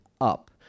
up